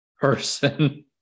person